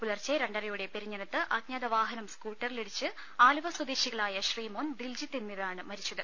പുലർച്ചെ രണ്ടരയോടെ പെരി ഞ്ഞനത്ത് അജ്ഞാതവാഹനം സ്കൂട്ടറിലിടിച്ച് ആലുവ സ്വദേ ശികളായ ശ്രീമോൻ ദിൽജിത്ത് എന്നിവരാണ് മരിച്ചത്